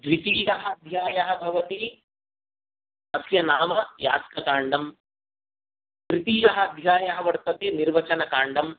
द्वितीयः अध्यायः भवति तस्य नाम यास्ककाण्डं तृतीयः अध्यायः वर्तते निर्वचनकाण्डं